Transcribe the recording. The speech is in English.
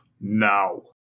now